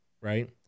right